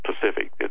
Pacific